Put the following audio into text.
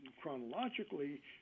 chronologically